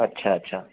اچھا اچھا